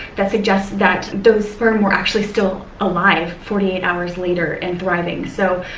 that suggests that those sperm were actually still alive forty eight hours later and thriving. so,